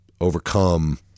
overcome